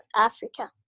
africa